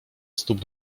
stóp